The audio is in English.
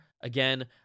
Again